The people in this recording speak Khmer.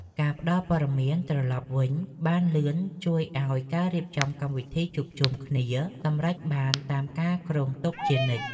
ការផ្ដល់ព័ត៌មានត្រឡប់វិញបានលឿនជួយឱ្យការរៀបចំកម្មវិធីជួបជុំគ្នាសម្រេចបានតាមការគ្រោងទុកជានិច្ច។